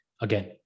again